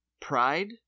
pride